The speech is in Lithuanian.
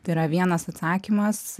tai yra vienas atsakymas